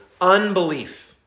unbelief